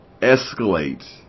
escalate